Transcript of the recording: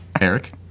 Eric